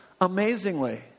amazingly